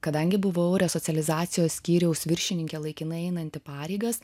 kadangi buvau resocializacijos skyriaus viršininkė laikinai einanti pareigas